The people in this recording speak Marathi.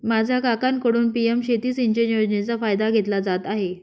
माझा काकांकडून पी.एम शेती सिंचन योजनेचा फायदा घेतला जात आहे